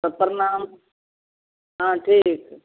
तऽ परनाम हँ ठीक